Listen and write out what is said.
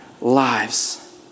lives